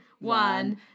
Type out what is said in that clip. one